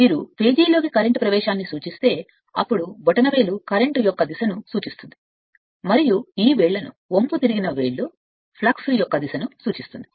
మరియు మీరు కరెంట్ ప్రవేశం పేజీని ఉపయోగిస్తే అప్పుడు బొటనవేలు కరెంట్ యొక్క దిశను మరియు ఈ వేళ్లను వంపు తిరిగిన వేళ్లు ఫ్లక్స్ యొక్క దిశగా ఉంటాయి